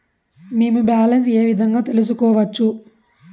మేము బ్యాలెన్స్ ఏ విధంగా తెలుసుకోవచ్చు?